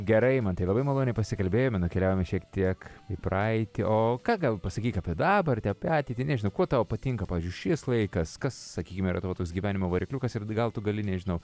gerai eimantai labai maloniai pasikalbėjome nukeliavome šiek tiek į praeitį o ką gal pasakyk apie dabartį apie ateitį nežinau kuo tau patinka pavyzdžiui šis laikas kas sakykime yra tas gyvenimo varikliukas ir gal tu gali nežinau